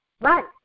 Right